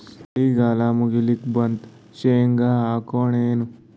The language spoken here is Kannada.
ಮಳಿಗಾಲ ಮುಗಿಲಿಕ್ ಬಂತು, ಶೇಂಗಾ ಹಾಕೋಣ ಏನು?